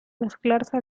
mezclarse